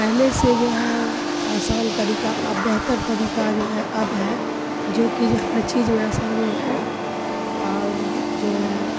پہلے سے جو ہے آسان طریقہ اب بہتر طریقہ جو ہے اب ہے جو کہ جو ہر چیز میں آسانی ہے اور جو جو ہے